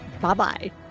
bye-bye